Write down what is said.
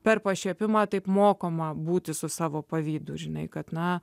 per pašiepimą taip mokoma būti su savo pavydu žinai kad na